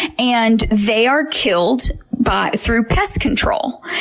and they are killed but through pest control.